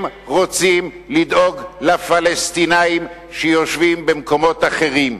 הם רוצים לדאוג לפלסטינים שיושבים במקומות אחרים.